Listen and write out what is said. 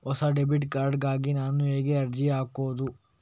ಹೊಸ debit card ಗಾಗಿ ನಾನು ಹೇಗೆ ಅರ್ಜಿ ಹಾಕುದು?